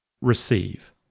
receive